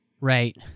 Right